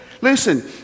Listen